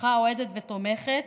משפחה אוהדת ותומכת,